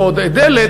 או דלת,